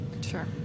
Sure